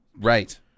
Right